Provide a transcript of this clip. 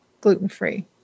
gluten-free